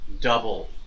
double